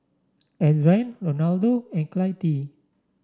Adrain Ronaldo and Clytie